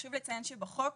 חשוב לי לציין שבחוק,